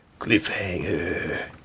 Cliffhanger